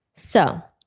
so,